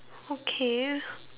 okay